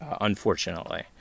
unfortunately